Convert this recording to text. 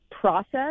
process